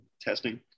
testing